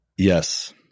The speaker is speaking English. Yes